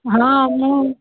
ହଁ ମୁଁ